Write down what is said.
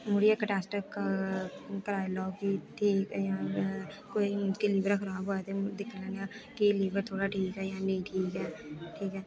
मुड़ियै इक टैस्ट क कराई लैओ कि ठीक ऐ जां कोई लीवर गै खराब होऐ ते दिक्खना कि लीवर थोह्ड़ा ठीक ऐ जां नेईं ठीक ऐ ठीक ऐ